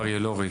הרב לומי,